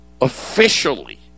officially